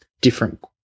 different